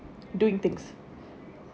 doing things